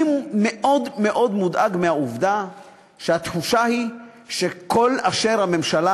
אני מאוד מאוד מודאג מהעובדה שהתחושה היא שכל אשר הממשלה